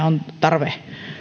on tarve